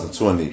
2020